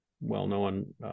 well-known